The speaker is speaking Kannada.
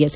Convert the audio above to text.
ಎಸ್